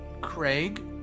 Craig